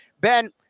Ben